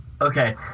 Okay